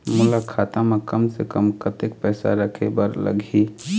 मोला खाता म कम से कम कतेक पैसा रखे बर लगही?